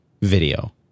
video